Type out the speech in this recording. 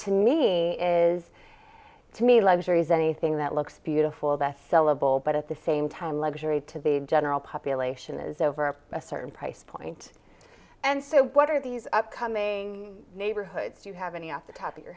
to me is to me luxuries anything that looks beautiful that's sellable but at the same time luxury to the general population is over a certain price point and so what are these upcoming neighborhoods do you have any off the top